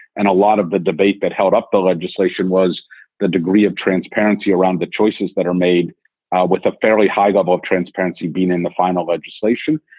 and a lot of the debate that held up the legislation was the degree of transparency around the choices that are made with a fairly high level of transparency being in the final legislation.